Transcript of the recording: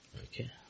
Okay